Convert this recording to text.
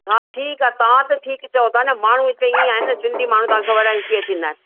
हा ठीकु आहे तव्हां त ठीकु चओ था न माण्हू हिते ईअं आहिनि न सिंधी माण्हू तव्हांखे ख़बर आहे कीअं थींदा आहिनि